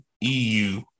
EU